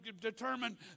determine